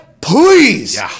please